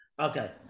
Okay